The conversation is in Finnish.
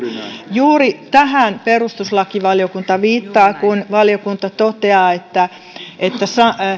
juuri tähän perustuslakivaliokunta viittaa kun valiokunta toteaa että että